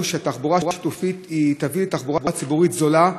שתחבורה שיתופית תביא לתחבורה ציבורית זולה,